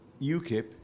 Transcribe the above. UKIP